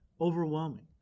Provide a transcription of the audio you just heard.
overwhelming